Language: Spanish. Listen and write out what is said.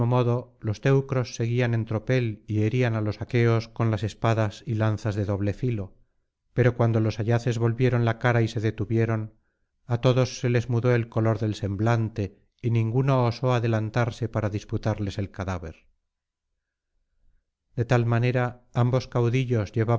los teucros seguían en tropel y herían á los aqueos con las espadas y lanzas de doble filo pero cuando los ayaces volvieron la cara y se detuvieron á todos se les mudó el color del semblante y ninguno osó adelantarse para disputarles el cadáver de tal manera ambos caudillos